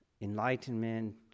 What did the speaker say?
enlightenment